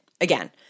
again